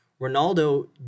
Ronaldo